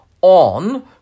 on